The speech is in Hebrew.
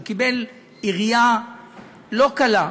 הוא קיבל עירייה לא קלה,